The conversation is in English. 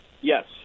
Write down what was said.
Yes